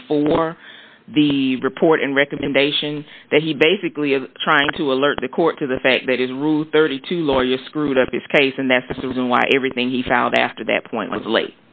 before the report and recommendation that he basically is trying to alert the court to the fact that his route thirty two lawyer screwed up his case and that's the reason why everything he found after that point